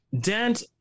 Dent